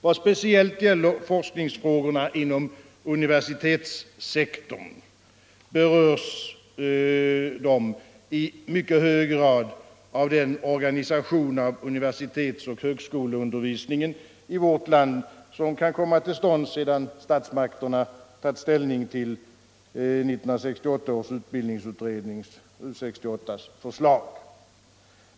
Vad speciellt gäller forskningsfrågorna inom universitetssektorn berörs de i mycket hög grad av den organisation av universitetsoch högskoleundervisningen i vårt land som kan komma till stånd sedan statsmakterna tagit ställning till 1968 års utbildningsutrednings, U 68, förslag.